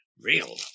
real